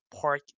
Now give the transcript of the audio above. Park